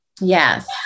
Yes